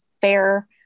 fair